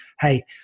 hey